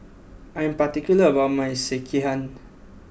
I am particular about my Sekihan